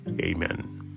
Amen